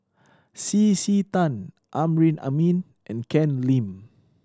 C C Tan Amrin Amin and Ken Lim